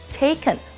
taken